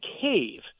cave